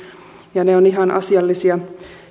ja ne ovat ihan asiallisia